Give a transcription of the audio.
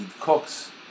cooks